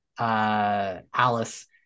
Alice